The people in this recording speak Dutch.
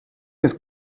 het